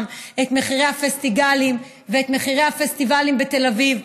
את מחירי הפסטיגלים ואת מחירי הפסטיבלים בתל אביב,